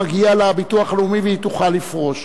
מגיע לה הביטוח הלאומי והיא תוכל לפרוש.